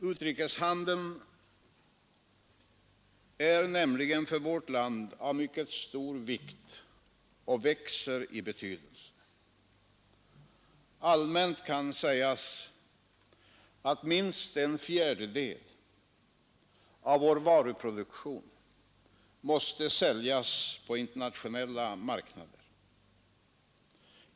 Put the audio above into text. Utrikeshandeln är nämligen för vårt land av mycket stor vikt och växer i betydelse. Allmänt kan sägas att minst en fjärdedel av vår varuproduktion måste säljas på internationella marknader.